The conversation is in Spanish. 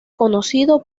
conocido